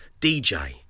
DJ